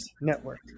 Network